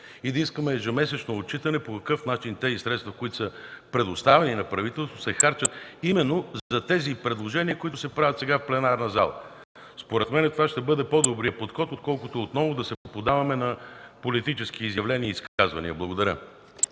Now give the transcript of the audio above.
и да искаме ежемесечно отчитане по какъв начин се харчат средствата, предоставени на правителството. Как се харчат те именно за тези предложения, които се правят сега в пленарната зала? Според мен това ще бъде по-добрият подход, отколкото отново да се подаваме на политически изявления и изказвания. Благодаря.